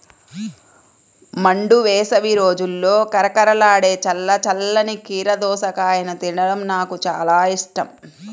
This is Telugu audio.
మండు వేసవి రోజుల్లో కరకరలాడే చల్ల చల్లని కీర దోసకాయను తినడం నాకు చాలా ఇష్టం